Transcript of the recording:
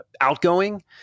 outgoing